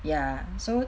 ya so